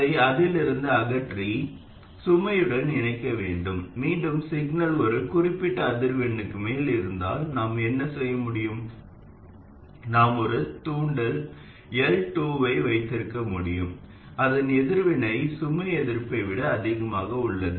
அதை அதிலிருந்து அகற்றி சுமையுடன் இணைக்க வேண்டும் மீண்டும் சிக்னல் ஒரு குறிப்பிட்ட அதிர்வெண்ணுக்கு மேல் இருந்தால் நாம் என்ன செய்ய முடியும் நாம் ஒரு தூண்டல் L டூவை வைத்திருக்க முடியும் அதன் எதிர்வினை சுமை எதிர்ப்பை விட அதிகமாக உள்ளது